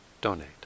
donate